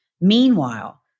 Meanwhile